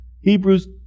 Hebrews